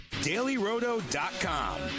DailyRoto.com